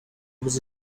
was